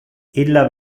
illa